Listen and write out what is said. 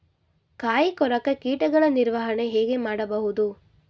ಕಾಯಿ ಕೊರಕ ಕೀಟಗಳ ನಿರ್ವಹಣೆ ಹೇಗೆ ಮಾಡಬಹುದು?